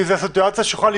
כמו שאמרנו,